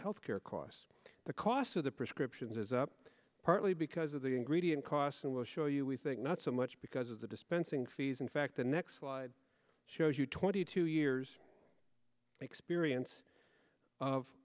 health care costs the cost of the prescriptions is up partly because of the ingredient costs and we'll show you we think not so much because of the dispensing fees in fact the next slide shows you twenty two years experience of